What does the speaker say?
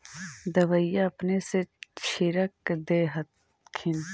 दबइया अपने से छीरक दे हखिन?